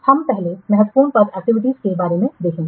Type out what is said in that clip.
हम पहले महत्वपूर्ण पथ एक्टिविटीयों के बारे में देखेंगे